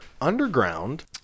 underground